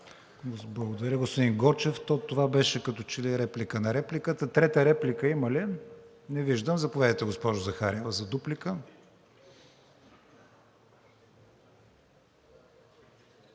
Благодаря, господин Гочев. То това беше като че ли реплика на репликата. Трета реплика има ли? Не виждам. Заповядайте, госпожо Захариева, за дуплика.